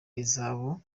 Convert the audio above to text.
ihazabu